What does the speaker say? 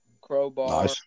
Crowbar